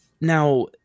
Now